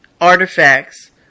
artifacts